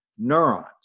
neurons